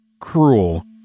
Cruel